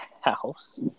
house